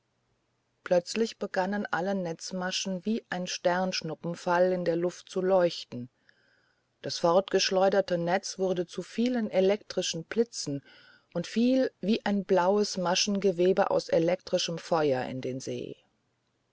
plötzlich begannen alle netzmaschen wie ein sternschnuppenfall in der luft zu leuchten das fortgeschleuderte netz wurde zu vielen elektrischen blitzen und fiel wie ein blaues maschengewebe aus elektrischem feuer in den see